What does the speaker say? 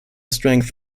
strength